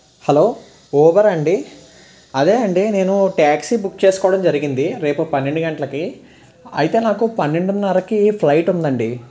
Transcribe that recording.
hello ఊబరండి అదే అండి నేను టాక్సీ బుక్ చేసుకోవడం జరిగింది రేపు పన్నెండు గంటలకి అయితే నాకు పన్నెండునరకి ఫ్లయిట్ ఉందండి